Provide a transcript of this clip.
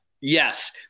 Yes